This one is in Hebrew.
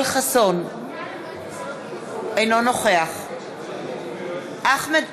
אינו נוכח אחמד טיבי,